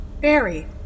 Barry